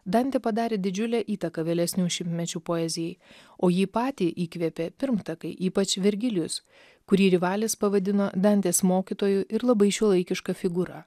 dantė padarė didžiulę įtaką vėlesnių šimtmečių poezijai o jį patį įkvėpė pirmtakai ypač vergilijus kurį rivalis pavadino dantės mokytoju ir labai šiuolaikiška figūra